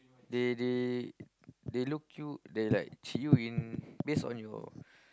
they they they look you they like cheat you in based on your